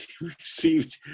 received